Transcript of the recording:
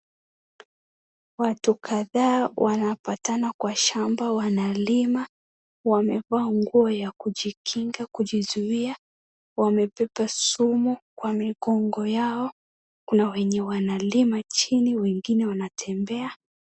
Watu kadhaa wanapatana kwa shamba wanalima. Wamevaa nguo ya kujikinga kujizuia. Wamebeba sumu kwa migongo yao. Kuna wenye wanalima chini wengine wanatembea.